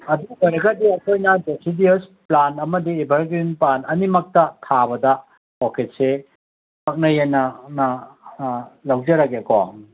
ꯑꯗꯨ ꯑꯣꯏꯔꯒꯗꯤ ꯑꯩꯈꯣꯏꯅ ꯗꯦꯁꯤꯗꯤꯑꯣꯁ ꯄ꯭ꯂꯥꯟ ꯑꯃꯗꯤ ꯑꯦꯚꯔꯒ꯭ꯔꯤꯟ ꯄ꯭ꯂꯥꯟ ꯑꯅꯤꯃꯛꯇ ꯊꯥꯕꯗ ꯑꯣꯔꯀꯤꯠꯁꯦ ꯄꯛꯅꯩꯑꯅ ꯂꯧꯖꯔꯒꯦꯀꯣ